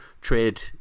trade